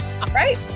right